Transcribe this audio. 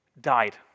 died